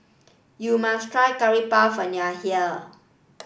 you must try Curry Puff when you are here